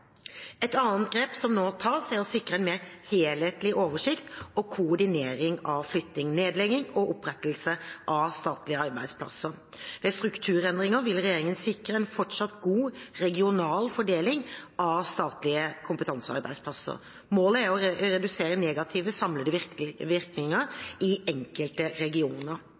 Et annet grep som nå tas, er å sikre en mer helhetlig oversikt og koordinering av flytting, nedlegging og opprettelse av statlige arbeidsplasser. Ved strukturendringer vil regjeringen sikre en fortsatt god regional fordeling av statlige kompetansearbeidsplasser. Målet er å redusere negative, samlede virkninger i enkelte regioner.